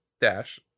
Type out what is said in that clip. dash